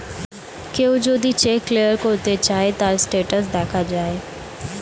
কেউ যদি check clear করতে চায়, তার স্টেটাস দেখা যায়